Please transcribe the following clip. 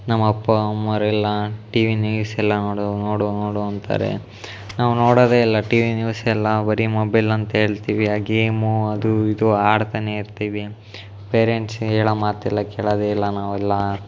ನಮ್ಮ ಅಪ್ಪ ಅಮ್ಮ ಅವ್ರೆಲ್ಲ ಟಿ ವಿ ನೀಸೆಲ್ಲ ನೋಡು ನೋಡು ನೋಡು ಅಂತಾರೆ ನಾವು ನೋಡೋದೇ ಇಲ್ಲ ಟಿ ವಿ ನ್ಯೂಸೆಲ್ಲ ಬರೀ ಮೊಬೈಲ್ ಅಂತ ಹೇಳ್ತೀವಿ ಆ ಗೇಮು ಅದೂ ಇದೂ ಆಡ್ತನೇ ಇರ್ತೀವಿ ಪೇರೆಂಟ್ಸ್ ಹೇಳೋ ಮಾತೆಲ್ಲ ಕೇಳೋದೇ ಇಲ್ಲ ನಾವೆಲ್ಲ